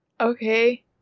okay